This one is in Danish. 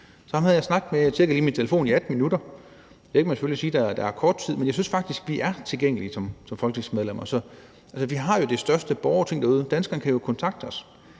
er kort tid. Men jeg synes faktisk, vi er tilgængelige som folketingsmedlemmer. Vi har jo det største borgerting derude. Danskerne kan kontakte os.